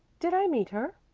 did i meet her?